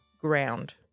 ground